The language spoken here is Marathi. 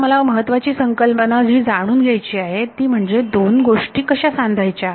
आता महत्त्वाची संकल्पना जी आपल्याला जाणून घ्यायची आहे ती म्हणजे दोन गोष्टी कशा सांधायच्या